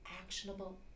actionable